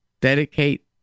dedicate